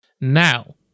Now